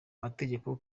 mategeko